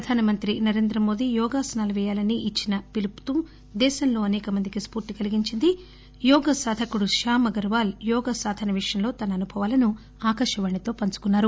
ప్రధానమంత్రి నరేంద్ర మోదీ యోగాసనాలు పేయాలని ఈ చిన్స పిలుపు దేశంలో అసేక మందికి స్పూర్తి కలిగించింది యోగ సాధకుడు శ్యామ్ అగర్వా ల్ యోగా సాధన విషయంలో తన అనుభవాలను ఆకాశవాణితో పంచుకున్నారు